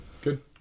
good